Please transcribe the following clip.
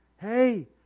Hey